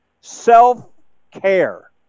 Self-care